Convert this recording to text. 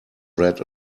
bread